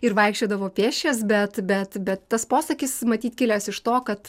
ir vaikščiodavo pėsčias bet bet bet tas posakis matyt kilęs iš to kad